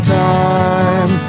time